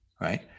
right